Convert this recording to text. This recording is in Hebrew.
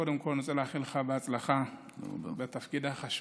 קודם כול אני רוצה לאחל לך הצלחה בתפקיד החשוב